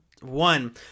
one